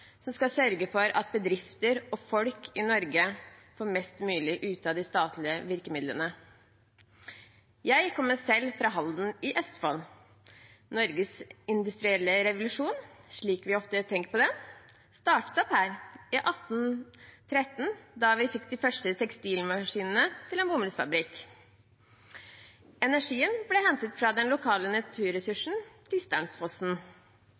som skal sørge for at bedrifter og folk i Norge får mest mulig ut av de statlige virkemidlene. Jeg kommer selv fra Halden i Østfold. Norges industrielle revolusjon, slik vi ofte tenker på den, startet her i 1813 da vi fikk de første tekstilmaskinene til en bomullsfabrikk. Energien ble hentet fra den lokale